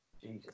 Jesus